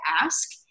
ask